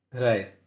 Right